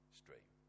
stream